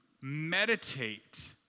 meditate